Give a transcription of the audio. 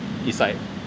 it's like